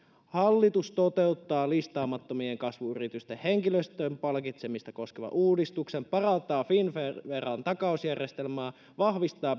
hallitus toteuttaa listaamattomien kasvuyritysten henkilöstön palkitsemista koskevan uudistuksen parantaa finnvera oyjn takausjärjestelmää vahvistaa